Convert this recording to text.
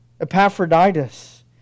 Epaphroditus